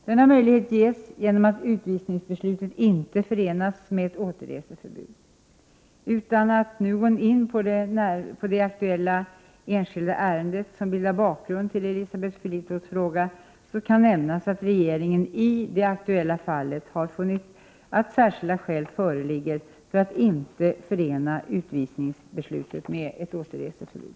Denna möjlighet ges genom att utvisningsbeslutet inte förenas med återreseförbud. Utan att närmare gå in på det enskilda ärendet som bildar bakgrund till Elisabeth Fleetwoods fråga kan nämnas att regeringen i det aktuella ärendet har funnit att särskilda skäl föreligger att inte förena utvisningsbeslutet med ett återreseförbud.